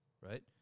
right